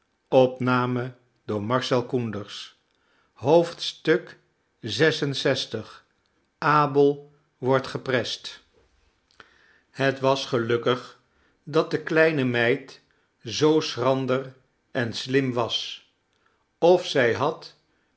lxvi abel wordt geprest het was gelukkig dat de kleine meid zoo schrander en slim was of zij had